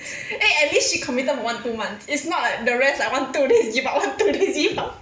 eh at least she committed for one two months is not like the rest like one two days give up one two days give up